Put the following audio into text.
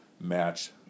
match